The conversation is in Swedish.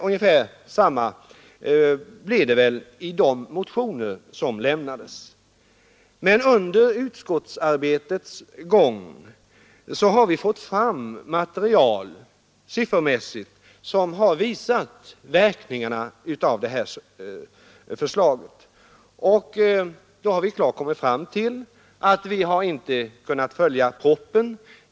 Ungefär samma är väl fallet med de motioner som lämnats. Under utskottsarbetets gång har vi fått fram siffermaterial som har visat verkningarna av detta förslag. Då har vi klart kommit fram till att vi inte kunnat följa propositionen.